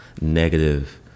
negative